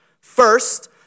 First